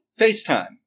FaceTime